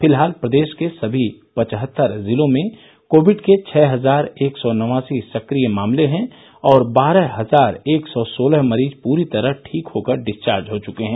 फिलहाल प्रदेश के सभी पचहत्तर जिलों में कोविड के छः हजार एक सौ नवासी सक्रिय मामले हैं और बारह हजार एक सौ सोलह मरीज पूरी तरह ठीक होकर डिस्वार्ज हो चुके हैं